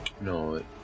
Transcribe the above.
No